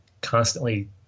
constantly